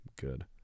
good